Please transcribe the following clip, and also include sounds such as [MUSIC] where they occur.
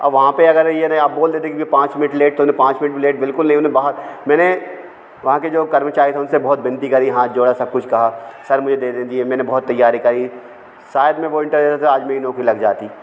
अब वहाँ पर अगर यह नहीं आप बोल देते कि पाँच मिनट लेट तो नहीं पाँच मिनट लेट बिल्कुल नहीं उन्हे बाहर मैंने वहाँ के जो कर्मचारी थे उनसे बहउत विनती करी हाथ जोड़ा सब कुछ कहा सर मुझे देने दिए मैंने बहउत तैयारी करी शायद मैं वह [UNINTELLIGIBLE] आज मेरी नौकरी लग जाती